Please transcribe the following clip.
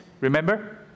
remember